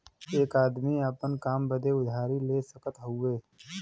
एक आदमी आपन काम बदे उधारी ले सकत हउवे